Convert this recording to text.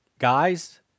Guys